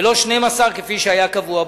ולא 12 כפי שהיה קבוע בחוק.